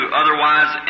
otherwise